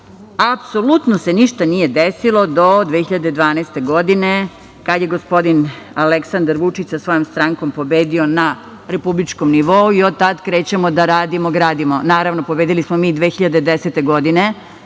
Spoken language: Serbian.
apsolutno ništa nije desilo do 2012. godine, kad je gospodin Aleksandar Vučić sa svojom strankom pobedio na republičkom nivou i od krećemo da radimo i gradimo. Naravno, pobedili smo mi 2010. godine,